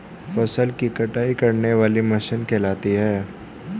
फसल की कटाई करने वाली मशीन कहलाती है?